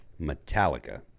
Metallica